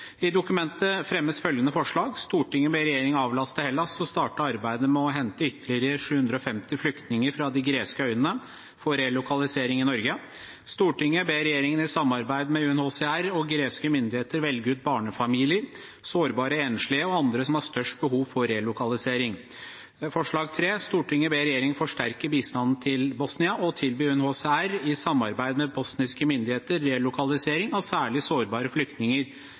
I dokumentet fremmes følgende forslag: «1. Stortinget ber regjeringen avlaste Hellas og starte arbeidet med å hente ytterligere 750 flyktninger fra de greske øyene for relokalisering i Norge. 2. Stortinget ber regjeringen i samarbeid med UNHCR og greske myndigheter velge ut barnefamilier, sårbare enslige og andre som har størst behov for relokalisering. 3. Stortinget ber regjeringen forsterke bistanden til Bosnia og tilby UNHCR i samarbeid med bosniske myndigheter relokalisering av særlig sårbare flyktninger